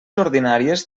ordinàries